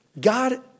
God